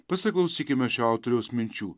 pasiklausykime šio autoriaus minčių